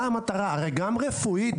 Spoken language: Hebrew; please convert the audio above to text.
הרי גם רפואית,